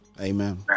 Amen